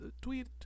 tweet